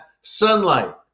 sunlight